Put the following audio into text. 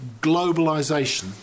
Globalisation